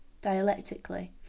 dialectically